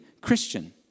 Christian